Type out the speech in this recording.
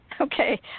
Okay